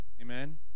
Amen